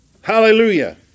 Hallelujah